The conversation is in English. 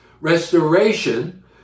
restoration